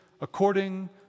according